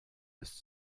ist